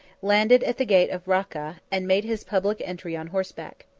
landed at the gate of racca, and made his public entry on horseback.